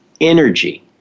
energy